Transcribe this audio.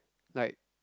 like